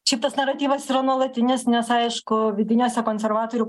šitas naratyvas yra nuolatinis nes aišku vidiniuose konservatorių